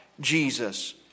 Jesus